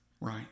Right